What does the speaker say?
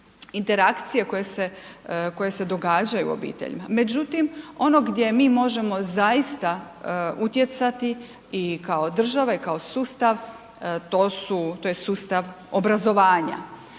interakcije koje se događaju u obiteljima. Međutim ono gdje mi možemo zaista utjecati i kao država i kao sustav to su, to je sustav obrazovanja.